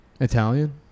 Italian